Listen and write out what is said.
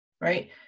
right